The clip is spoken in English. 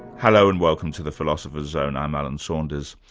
hello, and welcome to the philosopher's zone. i'm alan saunders.